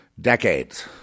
decades